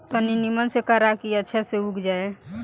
तनी निमन से करा की अच्छा से उग जाए